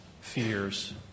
fears